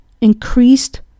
increased